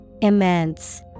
Immense